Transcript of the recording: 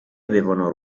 avevano